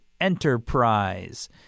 Enterprise